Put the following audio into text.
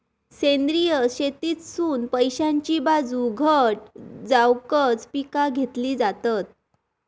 सेंद्रिय शेतीतसुन पैशाची बाजू घट जावकच पिका घेतली जातत